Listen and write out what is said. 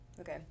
Okay